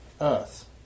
earth